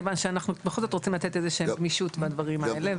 כיוון שאנחנו בכל זאת רוצים לתת איזושהי גמישות בדברים האלה.